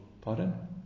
Pardon